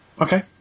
Okay